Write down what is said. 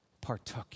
partook